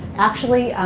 actually.